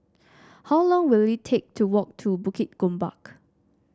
how long will it take to walk to Bukit Gombak